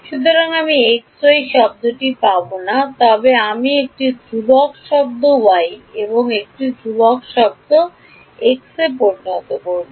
সুতরাং আমি এক্সওয়াই শব্দটি পাব না তবে আমি একটি ধ্রুবক শব্দ y এবং একটি ধ্রুবক শব্দ এক্সে পরিণত করব